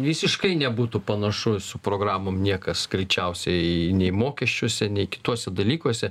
visiškai nebūtų panašu su programom niekas greičiausiai nei mokesčiuose nei kituose dalykuose